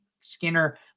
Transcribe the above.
Skinner